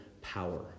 power